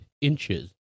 inches